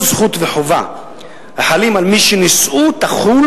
כל זכות וחובה החלים על מי שנישאו תחול